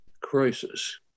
crisis